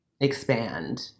expand